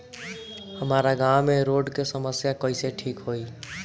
हमारा गाँव मे रोड के समस्या कइसे ठीक होई?